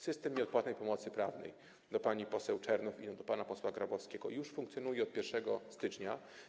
System nieodpłatnej pomocy prawnej - to do pani poseł Czernow i do pana posła Grabowskiego - już funkcjonuje od 1 stycznia.